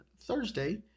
Thursday